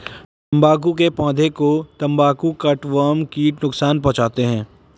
तंबाकू के पौधे को तंबाकू कटवर्म कीट नुकसान पहुंचाते हैं